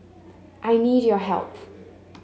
I need your help